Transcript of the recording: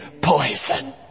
poison